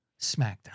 SmackDown